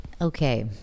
okay